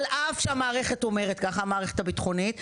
על אף שהמערכת הביטחונית אומרת כך.